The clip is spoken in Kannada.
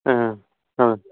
ಹಾಂ ಹಾಂ ಹಾಂ